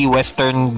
Western